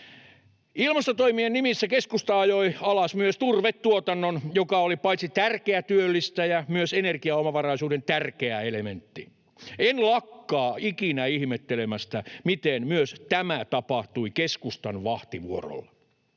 Ilmastotoimien nimissä keskusta ajoi alas myös turvetuotannon, joka oli paitsi tärkeä työllistäjä myös energiaomavaraisuuden tärkeä elementti. En lakkaa ikinä ihmettelemästä, miten myös tämä tapahtui keskustan vahtivuorolla.